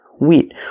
wheat